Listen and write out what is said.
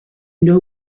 know